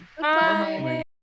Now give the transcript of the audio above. Bye